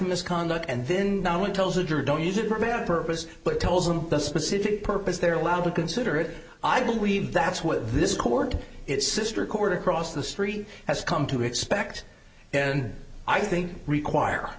misconduct and then not only tells a jury don't use a program purpose but tells them the specific purpose they are allowed to consider it i believe that's what this court it's sister court across the street has come to expect and i think require